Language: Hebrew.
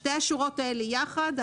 שתי השורות האלה יחד,